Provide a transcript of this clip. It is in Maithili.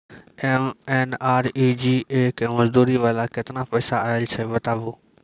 एम.एन.आर.ई.जी.ए के मज़दूरी वाला केतना पैसा आयल छै बताबू?